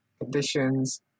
conditions